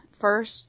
first